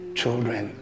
children